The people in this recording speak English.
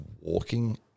walking